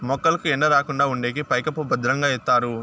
మొక్కలకు ఎండ రాకుండా ఉండేకి పైకప్పు భద్రంగా ఎత్తారు